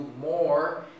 more